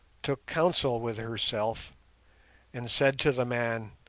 took counsel with herself and said to the man,